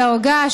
דרגה,